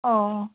অঁ